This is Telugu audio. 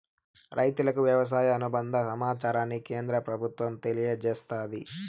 రైతులకు వ్యవసాయ అనుబంద సమాచారాన్ని కేంద్ర ప్రభుత్వం తెలియచేస్తాది